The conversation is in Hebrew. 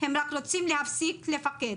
הם רק רוצים להפסיק לפחד,